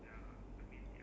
ya ya